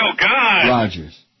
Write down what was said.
Rogers